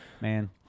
Man